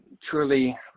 truly